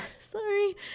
sorry